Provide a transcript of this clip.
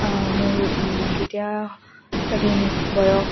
মোৰ যেতিয়া চাগৈ বয়স